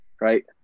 right